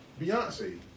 Beyonce